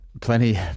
plenty